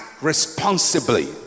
responsibly